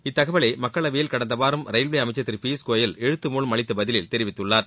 இத்தகவலை மக்களவையில் கடந்த வாரம் ரயில்வே அமைச்சர் திரு பியூஷ்கோயல் எழுத்துமூலம் அளித்த பதிலில் தெரிவித்துள்ளார்